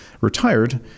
retired